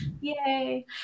Yay